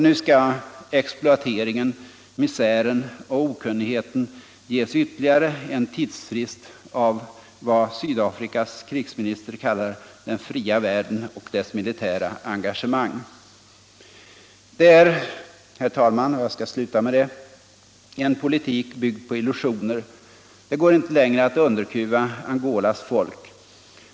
Nu skall exploateringen, misären och okunnigheten ges ytterligare en tidsfrist av vad Sydafrikas krigsminister kallar den ”fria världen” och dess militära engagemang. Det är, herr talman, en politik byggd på illusioner. Det går inte längre att underkuva Angolas folk.